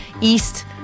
East